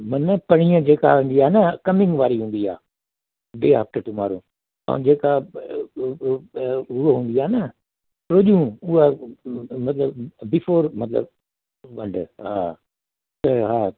मना परींह जेका ईंदी आहे न कमिंग वारी हूंदी आहे डे आफ्टर टूमोरो ऐं जेका हूअ हूंदी आहे न टियों ॾींहं हूअ मतिलबु बिफोर मतिलबु हा हा